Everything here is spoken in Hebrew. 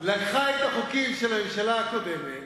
לקחה את החוקים של הממשלה הקודמת,